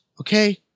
okay